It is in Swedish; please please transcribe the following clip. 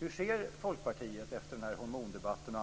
Hur ser Folkpartiet efter bl.a. hormondebatten